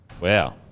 Wow